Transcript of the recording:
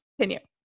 continue